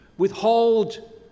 Withhold